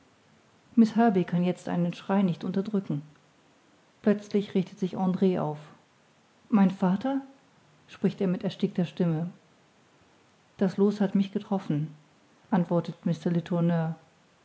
herbey kann jetzt einen schrei nicht unterdrücken plötzlich richtet sich andr auf mein vater spricht er mit erstickter stimme das loos hat mich getroffen antwortet